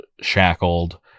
Shackled